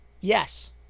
Yes